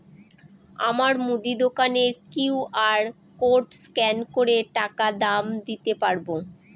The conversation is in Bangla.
আমার মুদি দোকানের কিউ.আর কোড স্ক্যান করে টাকা দাম দিতে পারব?